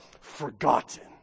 forgotten